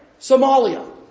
Somalia